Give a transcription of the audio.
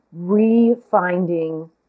refinding